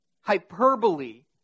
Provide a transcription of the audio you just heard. hyperbole